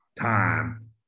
time